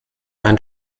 ein